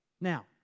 Now